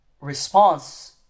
response